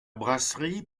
brasserie